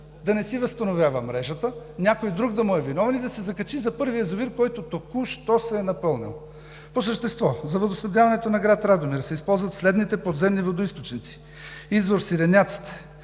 да не си възстановява мрежата, някой друг да му е виновен и да се закачи за първия язовир, който току-що се е напълнил. По същество. За водоснабдяването на град Радомир се използват следните подземни водоизточници: извор „Сиреняците“